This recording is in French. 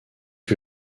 que